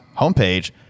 homepage